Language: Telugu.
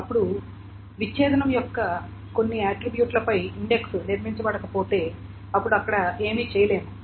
అప్పుడు విచ్ఛేదనం యొక్క కొన్ని ఆట్రిబ్యూట్ లపై ఇండెక్స్ నిర్మించబడకపోతే అప్పుడు అక్కడ ఏమీ చేయలేము